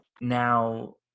Now